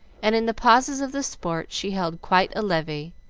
and in the pauses of the sport she held quite a levee,